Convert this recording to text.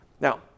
Now